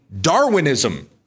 Darwinism